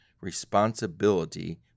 responsibility